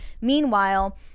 meanwhile